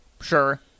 Sure